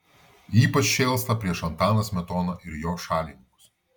ypač šėlsta prieš antaną smetoną ir jo šalininkus